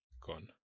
gone